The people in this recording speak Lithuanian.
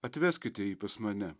atveskite jį pas mane